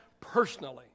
personally